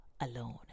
alone